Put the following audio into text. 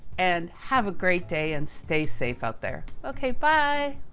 and, have a great day and stay safe out there. okay, bye.